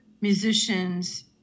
musicians